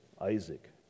Isaac